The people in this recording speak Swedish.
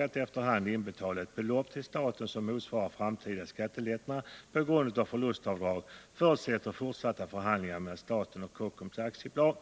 att efter hand inbetala ett belopp till staten som motsvarar framtida skattelättnader på grund av förlustavdrag förutsätter fortsatta förhandlingar mellan staten och Kockums AB.